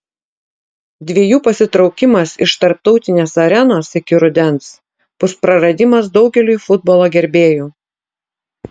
dviejų pasitraukimas iš tarptautinės arenos iki rudens bus praradimas daugeliui futbolo gerbėjų